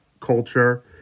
culture